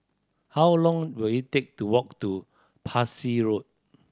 how long will it take to walk to Parsi Road